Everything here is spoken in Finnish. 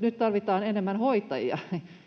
Nyt tarvitaan enemmän hoitajia